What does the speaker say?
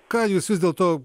ką jūs vis dėlto